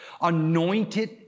anointed